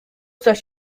coś